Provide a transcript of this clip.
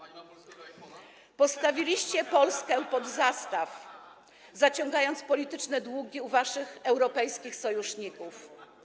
Daliście Polskę pod zastaw, zaciągając polityczne długi u waszych europejskich sojuszników.